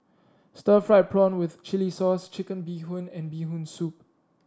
Stir Fried Prawn with Chili Sauce Chicken Bee Hoon and Bee Hoon Soup